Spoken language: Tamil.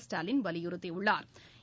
ஸ்டாலின் வலியுறுத்தியுள்ளாா்